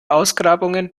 ausgrabungen